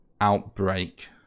outbreak